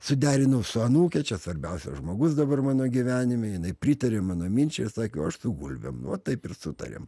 suderinau su anūke čia svarbiausias žmogus dabar mano gyvenime jinai pritarė mano minčiai ir sakė o aš su gulbėm va taip ir sutarėm